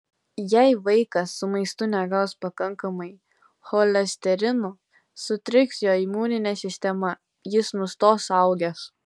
jei vaikas su maistu negaus pakankamai cholesterino sutriks jo imuninė sistema jis nustos augęs